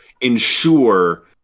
ensure